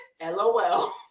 LOL